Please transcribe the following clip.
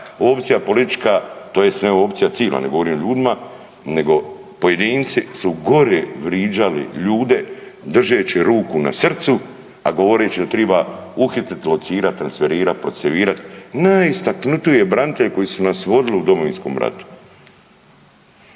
opcija politička tj. ne govorim o ljudima, nego pojedinci su gore vriđali ljude držeći ruku na srcu, a govoreći da triba uhititi, locirat, transferirat, procesuirat najistaknutije branitelje koji su nas vodili u Domovinskom ratu.